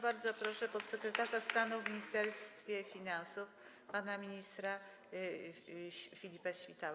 Bardzo proszę podsekretarza stanu w Ministerstwie Finansów pana ministra Filipa Świtałę.